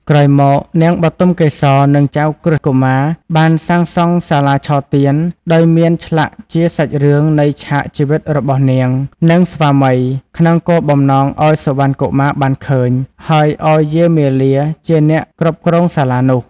ក្រោយមក នាងបុទមកេសរ និងចៅក្រឹស្នកុមារបានសាងសង់សាលាឆទាន ដោយមានឆ្លាក់ជាសាច់រឿងនៃឆាកជីវិតរបស់នាង និងស្វាមី ក្នុងគោលបំណងឱ្យសុវណ្ណកុមារបានឃើញ ហើយឱ្យយាយមាលាជាអ្នកគ្រប់គ្រងសាលានោះ។